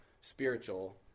spiritual